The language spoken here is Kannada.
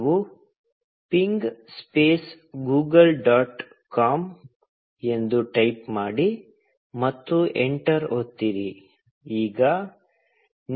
ನೀವು ping space Google dot com ಎಂದು ಟೈಪ್ ಮಾಡಿ ಮತ್ತು ಎಂಟರ್ ಒತ್ತಿರಿ